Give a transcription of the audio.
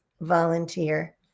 volunteer